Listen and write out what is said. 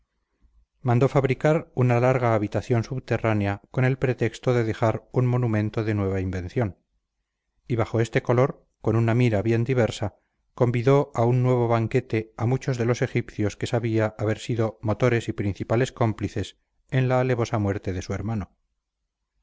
mandó fabricar una larga habitación subterránea con el pretexto de dejar un monumento de nueva invención y bajo este color con una mira bien diversa convidó a un nuevo banquete a muchos de los egipcios que sabía haber sido motores y principales cómplices en la alevosa muerte de su hermano